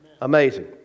Amazing